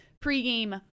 Pre-game